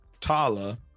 Tala